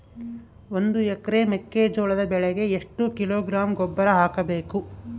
ಒಂದು ಎಕರೆ ಮೆಕ್ಕೆಜೋಳದ ಬೆಳೆಗೆ ಎಷ್ಟು ಕಿಲೋಗ್ರಾಂ ಗೊಬ್ಬರ ಹಾಕಬೇಕು?